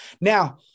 Now